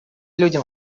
людям